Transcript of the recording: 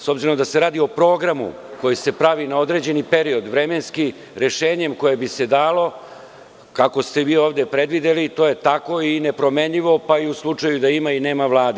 S obzirom, da se radi o programu koji se pravi na određeni period vremenski rešenjem kojim bi se dalo kako ste vi ovde predvideli to je tako i nepromenljivo pa i u slučaju da ima i nema Vlade.